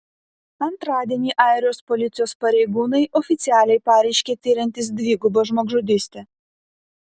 antradienį airijos policijos pareigūnai oficialiai pareiškė tiriantys dvigubą žmogžudystę